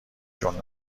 جون